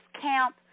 camp